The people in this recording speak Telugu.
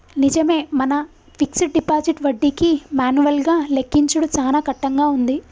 నిజమే మన ఫిక్స్డ్ డిపాజిట్ వడ్డీకి మాన్యువల్ గా లెక్కించుడు సాన కట్టంగా ఉంది